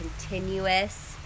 continuous